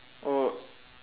oh